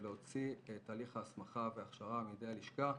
היא להוציא את הליך ההסמכה וההכשרה מידי הלשכה,